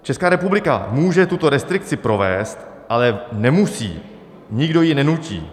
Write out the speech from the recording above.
Česká republika může tuto restrikci provést, ale nemusí, nikdo ji nenutí.